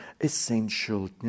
essential